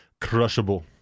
crushable